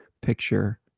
picture